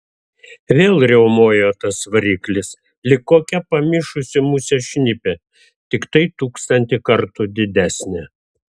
vėl riaumojo tas variklis lyg kokia pamišusi musė šnipė tik tūkstantį kartų didesnė